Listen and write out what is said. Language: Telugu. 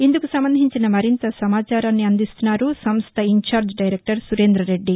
ఇందుకు సంబంధించిన మరింత సమాచారాన్ని అందిస్తున్నారు సంస్థ ఇన్ఛార్జ్ డైరెక్టర్ సురేంద్ర రెడ్డి